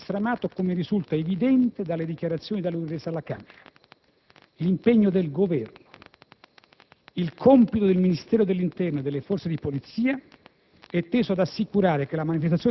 Prima di concludere, vorrei ritornare su alcune questioni di carattere più generale. In primo luogo, vorrei affermare con chiarezza in questa sede che non c'è alcun collegamento